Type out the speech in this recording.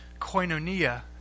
koinonia